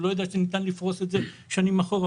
הוא לא יודע שניתן לפרוס את זה שנים אחורה,